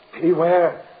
Beware